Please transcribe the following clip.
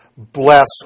Bless